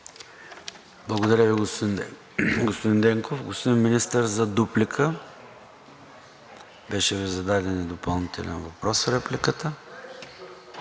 Благодаря Ви, господин Денков. Господин Министър – за дуплика. Беше Ви зададен и допълнителен въпрос в репликата.